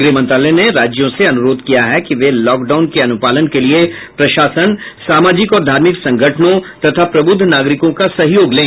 गृह मंत्रालय ने राज्यों से अनुरोध किया है कि वे लॉकडाउन के अनुपालन के लिए प्रशासन सामाजिक और धार्मिक संगठनों तथा प्रबुद्ध नागरिकों का सहयोग लें